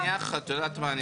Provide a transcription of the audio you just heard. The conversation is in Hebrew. אני מניח, את יודעת מה?